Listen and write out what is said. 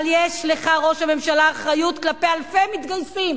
אבל יש לך, ראש הממשלה, אחריות כלפי אלפי מתגייסים